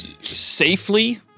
safely